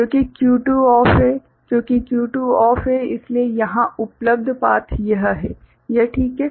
क्योंकि Q2 off है क्योंकि Q2 ऑफ है इसलिए यहां उपलब्ध पाथ यह है यह ठीक है